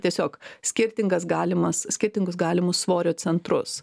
tiesiog skirtingas galimas skirtingus galimus svorio centrus